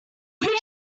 should